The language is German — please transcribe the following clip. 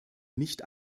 nicht